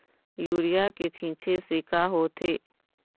Urea के छींचे से का होथे?